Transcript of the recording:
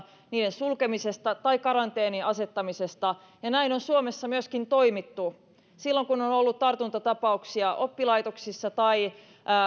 sulkemisesta tai karanteeniin asettamisesta näin on suomessa myöskin toimittu silloin kun on on ollut tartuntatapauksia oppilaitoksissa tai silloin